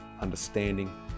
understanding